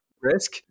risk